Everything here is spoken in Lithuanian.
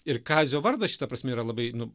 ir kazio vardas šita prasme yra labai nu